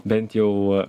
bent jau